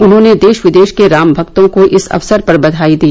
उन्होंने देश विदेश के रामभक्तों को इस अवसर पर बवाई दी